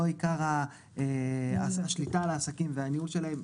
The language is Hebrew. לא עיקר השליטה על העסקים והניהול שלהם,